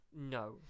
No